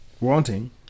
wanting